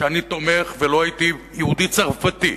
שאני תומך, ולא הייתי יהודי צרפתי,